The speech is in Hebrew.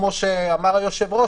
כמו שאמר היושב-ראש,